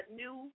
new